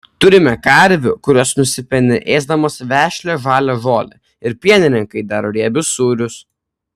turime karvių kurios nusipeni ėsdamos vešlią žalią žolę ir pienininkai daro riebius sūrius